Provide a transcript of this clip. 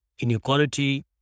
inequality